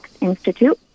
Institute